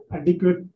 adequate